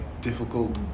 difficult